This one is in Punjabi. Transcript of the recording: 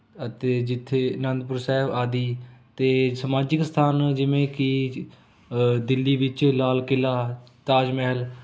ਅਤੇ ਜਿੱਥੇ ਅਨੰਦਪੁਰ ਸਾਹਿਬ ਆਦਿ ਅਤੇ ਸਮਾਜਿਕ ਸਥਾਨ ਜਿਵੇਂ ਕਿ ਦਿੱਲੀ ਵਿੱਚ ਲਾਲ ਕਿਲਾ ਤਾਜ ਮਹਿਲ